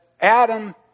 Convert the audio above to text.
Adam